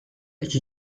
iki